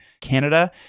Canada